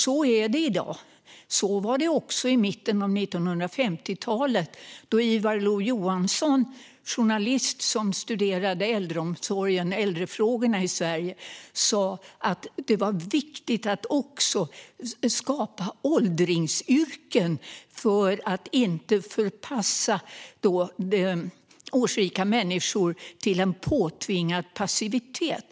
Så är det i dag, och så var det också i mitten av 1950-talet då Ivar Lo Johansson, journalist som studerade äldrefrågorna i Sverige, menade att det var viktigt att också skapa åldringsyrken för att inte förpassa årsrika människor till en påtvingad passivitet.